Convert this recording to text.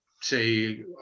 say